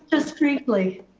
just briefly.